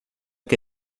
que